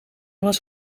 was